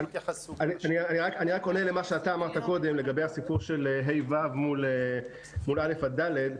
אני רק עונה למה שאתה אמרת קודם לגבי הסיפור של ה' ו' מול א' ד'.